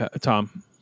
Tom